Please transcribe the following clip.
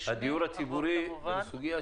הדיור הציבורי זו סוגיה